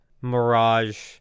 Mirage